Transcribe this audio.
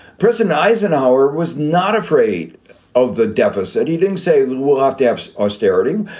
president eisenhower was not afraid of the deficit. he didn't say, well, off defs austerity.